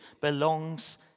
belongs